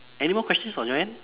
any more questions on your end